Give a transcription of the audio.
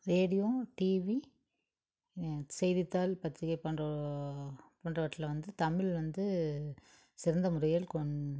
radio TV செய்தித்தாள் பத்திரிக்கை போன்ற போன்றவற்றில வந்து தமிழ் வந்து சிறந்த முறையில் கொண்